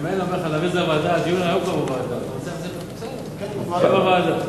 הדיון היום כבר בוועדה, בסדר, לוועדה.